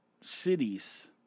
cities